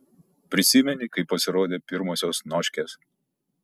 prisimeni kai pasirodė pirmosios noškės